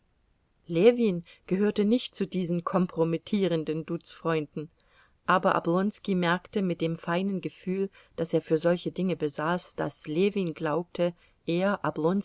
ljewin gehörte nicht zu diesen kompromittierenden duzfreunden aber oblonski merkte mit dem feinen gefühl das er für solche dinge besaß daß ljewin glaubte er